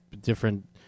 different